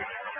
Viral Rana